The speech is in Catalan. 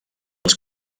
als